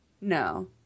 No